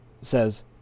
says